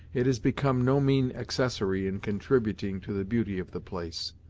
it has become no mean accessory in contributing to the beauty of the place.